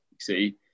see